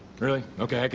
really? okay.